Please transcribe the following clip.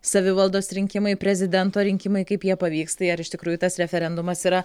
savivaldos rinkimai prezidento rinkimai kaip jie pavyks tai ar iš tikrųjų tas referendumas yra